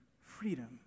freedom